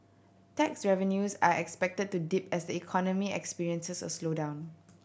tax revenues are expected to dip as economy experiences a slowdown